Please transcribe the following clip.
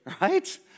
Right